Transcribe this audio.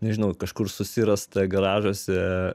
nežinau kažkur susirastą garažuose